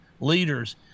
leaders